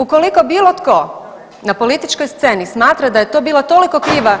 Ukoliko bitko tko na političkoj sceni smatra da je to bila toliko kriva